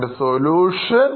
അതിൻറെ സൊല്യൂഷൻ